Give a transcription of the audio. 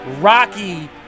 Rocky